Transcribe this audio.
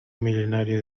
milenario